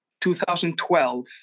2012